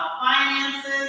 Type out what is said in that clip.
finances